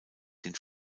den